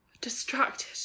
distracted